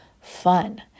fun